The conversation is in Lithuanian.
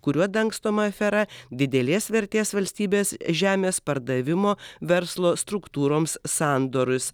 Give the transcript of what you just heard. kuriuo dangstoma afera didelės vertės valstybės žemės pardavimo verslo struktūroms sandorius